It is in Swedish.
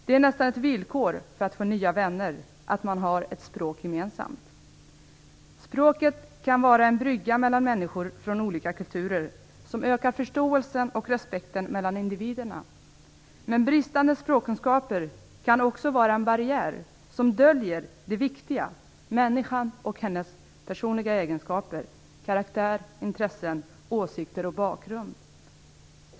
Det är nästan ett villkor för att få nya vänner att man har ett språk gemensamt. Språket kan vara en brygga mellan människor från olika kulturer, som ökar förståelsen och respekten mellan individerna. Men bristande språkkunskaper kan också vara en barriär, som döljer det viktiga, människan och hennes personliga egenskaper, karaktär, intressen, åsikter och bakgrund.